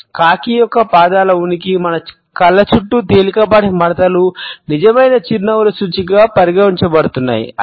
అనేక దశాబ్దాలుగా కాకి యొక్క పాదాల ఉనికి మన కళ్ళ చుట్టూ తేలికపాటి ముడతలు నిజమైన చిరునవ్వుల సూచికగా పరిగణించబడుతున్నాయి